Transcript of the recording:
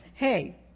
hey